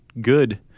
good